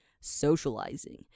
Socializing